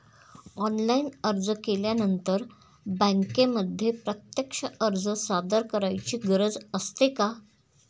Online अर्ज केल्यानंतर बँकेमध्ये प्रत्यक्ष अर्ज सादर करायची गरज असते का?